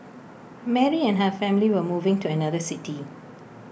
Mary and her family were moving to another city